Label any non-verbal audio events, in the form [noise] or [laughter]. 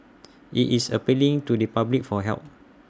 [noise] IT is appealing to the public for help